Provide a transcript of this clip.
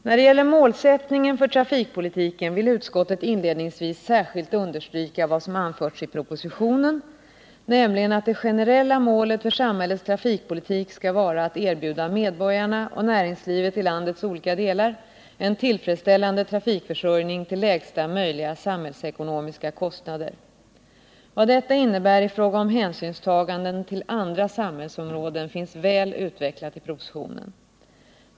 När det gäller målsättningen för trafikpolitiken vill utskottet inledningsvis särskilt understryka vad som anförts i propositionen, nämligen att det generella målet för samhällets trafikpolitik skall vara ”att erbjuda medborgarna och näringslivet i landets olika delar en tillfredsställande trafikförsörjning till lägsta möjliga samhällsekonomiska kostnader”. Vad detta innebär i fråga om hänsynstaganden till andra samhällsområden finns väl utvecklat i propositionen.